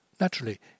Naturally